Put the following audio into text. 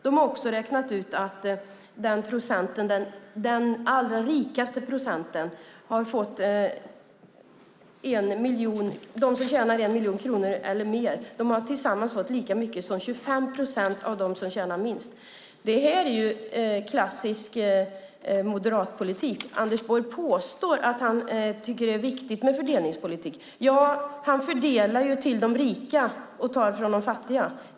De har också räknat ut att den allra rikaste procenten, de som tjänar 1 miljon kronor eller mer, tillsammans har fått lika mycket som 25 procent av dem som tjänar minst. Det här är klassisk moderatpolitik. Anders Borg påstår att han tycker att det är viktigt med fördelningspolitik - ja, han fördelar till de rika och tar från de fattiga.